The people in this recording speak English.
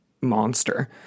monster